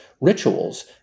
rituals